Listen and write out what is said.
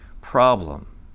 problem